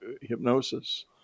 hypnosis